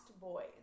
Boys